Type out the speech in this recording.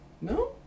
No